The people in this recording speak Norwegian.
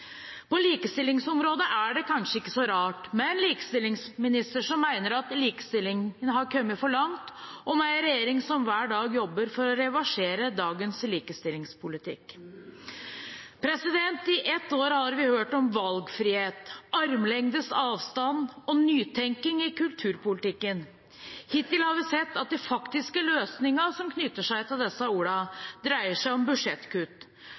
På likestillingsområdet er det kanskje ikke så rart, med en likestillingsminister som mener at likestillingen har kommet for langt, og med en regjering som hver dag jobber for å reversere dagens likestillingspolitikk. I ett år har vi hørt om valgfrihet, armlengdes avstand og nytenking i kulturpolitikken. Hittil har vi sett at de faktiske løsningene som knytter seg til disse ordene, dreier seg om budsjettkutt.